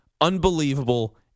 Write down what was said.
unbelievable